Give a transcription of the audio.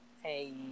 Hey